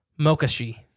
Mokashi